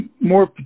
more